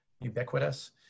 ubiquitous